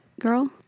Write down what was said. girl